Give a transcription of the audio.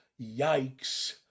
Yikes